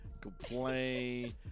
complain